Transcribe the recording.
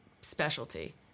specialty